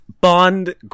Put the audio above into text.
Bond